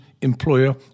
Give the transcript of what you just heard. employer